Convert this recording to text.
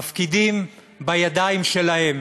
מפקידים בידיים שלהם